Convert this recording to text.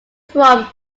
from